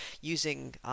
using